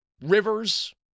Rivers